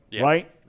right